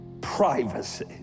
privacy